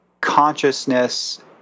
consciousness